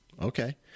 Okay